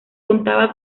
contaba